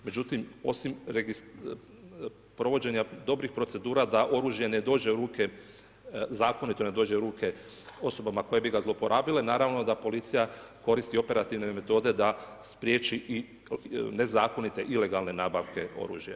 Međutim, osim provođenja dobrih procedura da oružje ne dođe, zakonito ne dođe u ruke osobama koje bi ga zloporabile, naravno da policija koristi operativne metode da spriječi i nezakonite ilegalne nabavke oružja.